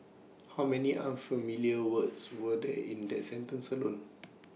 how many unfamiliar words were there in that sentence alone